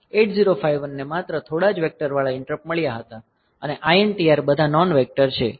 8051 ને માત્ર થોડા જ વેક્ટરવાળા ઈંટરપ્ટ મળ્યા હતા અને INTR બધા નોન વેક્ટર છે